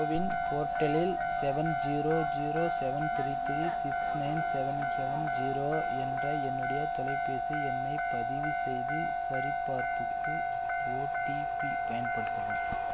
CoWIN போர்ட்டலில் seven zero zero seven three three six nine seven seven zero என்ற என்னுடைய தொலைபேசி எண்ணைப் பதிவு செய்து சரிபார்ப்புக்கு ஓடிபி பயன்படுத்தவும்